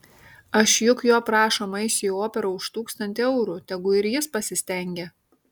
aš juk jo prašoma eisiu į operą už tūkstantį eurų tegu ir jis pasistengia